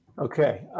Okay